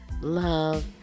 love